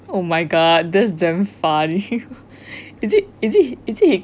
oh my god that's damn funny is it is it is it he